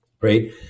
Right